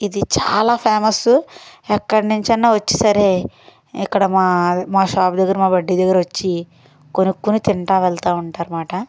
ఇది చాలా ఫేమస్సు ఎక్కడి నుంచి అయినా వచ్చి సరే ఇక్కడ మా మా షాప్ దగ్గర మా బడ్డీ దగ్గర వచ్చి కొనుక్కొని తింటూ వెళ్తూ ఉంటారు మాట